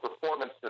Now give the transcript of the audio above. performance